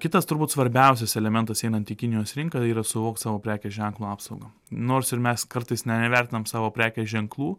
kitas turbūt svarbiausias elementas einant į kinijos rinką yra suvokt savo prekės ženklo apsaugą nors ir mes kartais ne nevertinam savo prekės ženklų